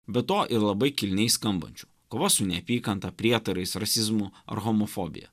be to ir labai kilniai skambančių kova su neapykanta prietarais rasizmu ar homofobija